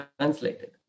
translated